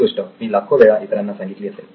ही गोष्ट मी लाखो वेळा इतरांना सांगितली असेल